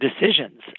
decisions